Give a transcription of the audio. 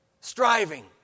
striving